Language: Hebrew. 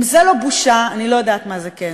אם זה לא בושה, אני לא יודעת מה זה כן.